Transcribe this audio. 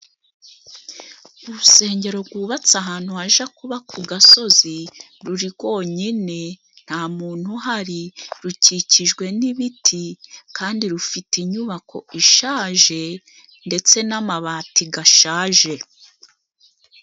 Urusengero gubatse ahantu haja kuba ku gasozi ruri gonyine, nta muntu uhari, rukikijwe n'ibiti kandi rufite inyubako ishaje, ndetse n'amabati gashaje.